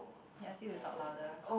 he ask you to talk louder